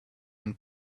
and